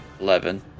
Eleven